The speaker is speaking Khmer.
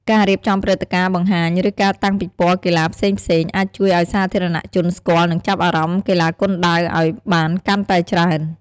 ការរៀបចំព្រឹត្តិការណ៍បង្ហាញ ឬការតាំងពិព័រណ៍កីឡាផ្សេងៗ អាចជួយឱ្យសាធារណជនស្គាល់ និងចាប់អារម្មណ៍កីឡាគុនដាវអោយបានកាន់តែច្រើន។